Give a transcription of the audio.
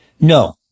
No